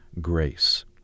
grace